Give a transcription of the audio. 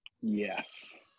Yes